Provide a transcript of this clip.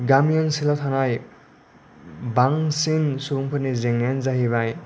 गामि ओनसोलाव थानाय बांसिन सुबुंफोरनि जेंनायानो जाहैबाय